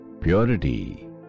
purity